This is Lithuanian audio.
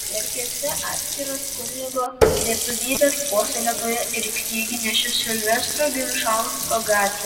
verkiuose atsiras kunigo lietuvybės puoselėtojo ir knygnešio silvestro gimžausko gatvė